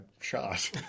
shot